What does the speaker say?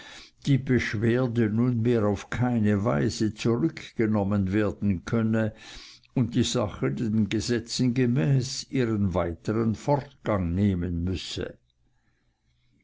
die beschwerde nunmehr auf keine weise zurückgenommen werden könne und die sache den gesetzen gemäß ihren weiteren fortgang nehmen müsse